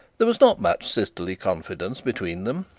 there was not much sisterly confidence between them.